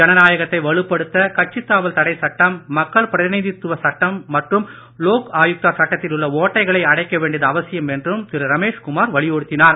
ஜனநாயகத்தை வலுப்படுத்த கட்சித் தாவல் தடை சட்டம் மக்கள் பிரதிநிதித்துவ சட்டம் மற்றும் லோக் ஆயுக்தா சட்டத்திலுள்ள ஓட்டைகளை அடைக்க வேண்டியது அவசியம் என்றும் திரு ரமேஷ் குமார் வலியுறுத்தினார்